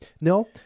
No